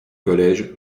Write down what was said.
collège